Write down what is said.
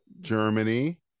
Germany